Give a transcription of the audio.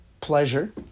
pleasure